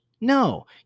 No